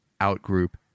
out-group